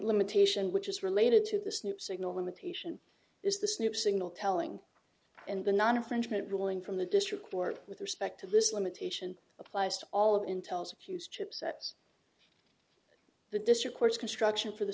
limitation which is related to this new signal limitation is this new single telling and the non infringement ruling from the district court with respect to this limitation applies to all of intel's accused chipsets the district courts construction for th